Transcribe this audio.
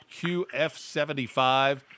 QF75